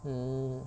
mm